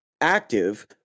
active